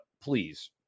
please